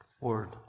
word